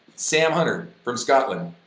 sam hunter from scotland,